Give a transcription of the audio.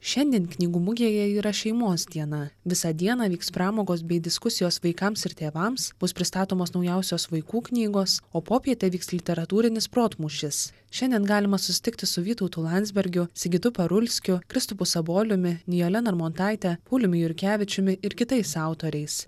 šiandien knygų mugėje yra šeimos diena visą dieną vyks pramogos bei diskusijos vaikams ir tėvams bus pristatomos naujausios vaikų knygos o popietę vyks literatūrinis protmūšis šiandien galima susitikti su vytautu landsbergiu sigitu parulskiu kristupu saboliumi nijole narmontaite pauliumi jurkevičiumi ir kitais autoriais